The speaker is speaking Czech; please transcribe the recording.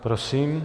Prosím.